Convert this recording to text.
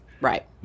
Right